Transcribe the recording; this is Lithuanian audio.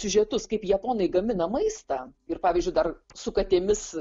siužetus kaip japonai gamina maistą ir pavyzdžiui dar su katėmis